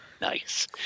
Nice